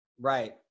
Right